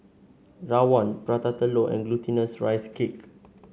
Rawon Prata Telur and Glutinous Rice Cake